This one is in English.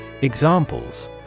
Examples